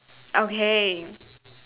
okay